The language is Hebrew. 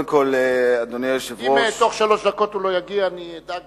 אם תוך שלוש דקות הוא לא יגיע אדאג